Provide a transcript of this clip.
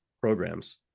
programs